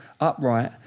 upright